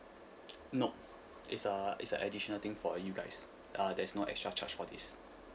no it's uh it's uh additional thing for you guys uh there's no extra charge for this